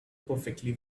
perfectly